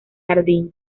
jardín